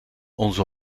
onze